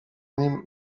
nim